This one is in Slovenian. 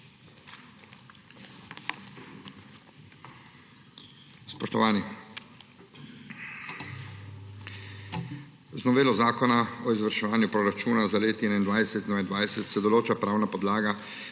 Z novelo Zakona o izvrševanju proračuni za leti 2021 in 2022 se določa pravna podlaga